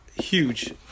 huge